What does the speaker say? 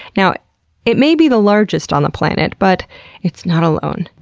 now it may be the largest on the planet, but it's not alone.